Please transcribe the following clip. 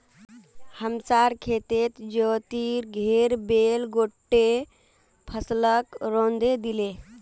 हमसार खेतत ज्योतिर घेर बैल गोट्टे फसलक रौंदे दिले